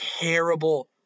terrible